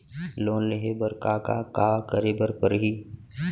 Loan लेहे बर का का का करे बर परहि?